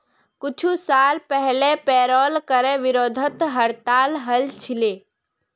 कुछू साल पहले पेरोल करे विरोधत हड़ताल हल छिले